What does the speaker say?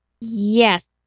Yes